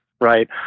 right